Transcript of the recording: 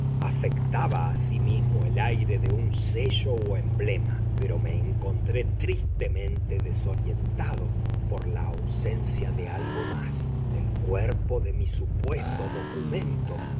afectaba asimismo el aire de un sello o emblema pero me encontré tristemente desorientado por la ausencia de algo más del cuerpo de mi supuesto documento